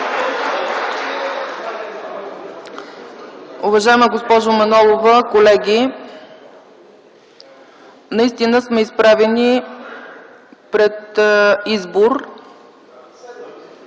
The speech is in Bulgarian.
Уважаема госпожо Манолова, колеги, наистина сме изправени пред избор.